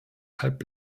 halb